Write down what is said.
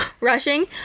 rushing